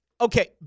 okay